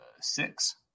Six